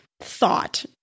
thought